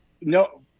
no